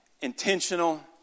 intentional